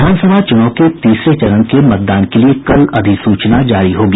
विधानसभा चुनाव के तीसरे चरण के मतदान के लिए कल अधिसूचना जारी होगी